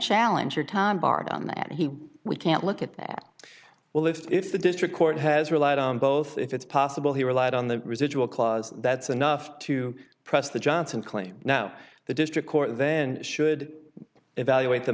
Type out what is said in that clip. challenge your time barred on that he we can't look at that well if if the district court has relied on both if it's possible he relied on the residual clause that's enough to press the johnson claim now the district court then should evaluate the